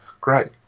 great